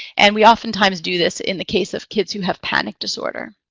and we oftentimes do this in the case of kids who have panic disorder.